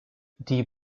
die